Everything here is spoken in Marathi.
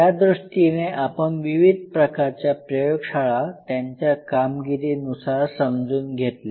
यादृष्टीने आपण विविध प्रकारच्या प्रयोगशाळा त्यांच्या कामगिरीनुसार समजून घेतल्या